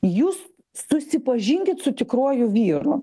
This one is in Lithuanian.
jūs susipažinkit su tikruoju vyru